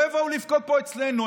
שלא יבואו לבכות פה אצלנו.